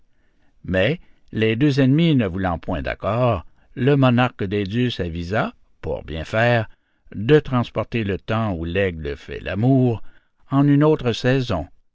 mais les deux ennemis ne voulant point d'accord le monarque des dieux s'avisa pour bien faire de transporter le temps où l'aigle fait l'amour en une autre saison